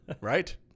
right